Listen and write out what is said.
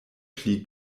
pli